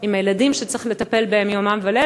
עם הילדים שצריך לטפל בהם יומם וליל